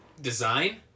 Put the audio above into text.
design